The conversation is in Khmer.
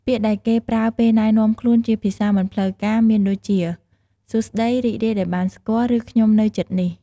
ពាក្យដែលគេប្រើពេលណែនាំខ្លួនជាភាសាមិនផ្លូវការមានដូចជា សួស្ដី រីករាយដែលបានស្គាល់ ឬ ខ្ញុំនៅជិតនេះ។